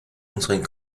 unseren